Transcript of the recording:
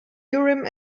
urim